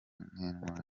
nk’intwari